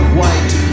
white